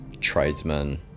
tradesmen